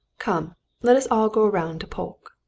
come let us all go round to polke.